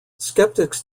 skeptics